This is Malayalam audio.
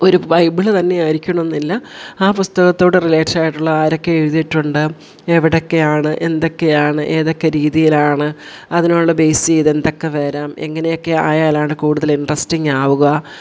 ഒരു ബൈബിൾ തന്നെയായിരിക്കണമെന്നില്ല ആ പുസ്തകത്തോട് റിലേറ്റഡായിട്ടുള്ള ആരൊക്കെ എഴുതിട്ടുണ്ട് എവിടെയൊക്കെയാണ് എന്തൊക്കെയാണ് ഏതൊക്കെ രീതിയിലാണ് അതിനോട് ബേസ് ചെയ്ത് എന്തൊക്കെ വരാം എങ്ങനെയൊക്കെ ആയാലാണ് കൂടുതൽ ഇൻട്രെസ്റ്റിങ്ങ് ആകുക